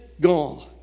gone